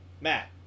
Matt